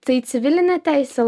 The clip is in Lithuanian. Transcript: tai civiline teise